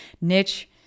niche